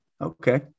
Okay